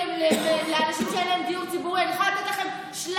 למה לא הצבעתם בעד חוק חברתי לאנשים שאין להם דיור ציבורי?